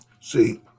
see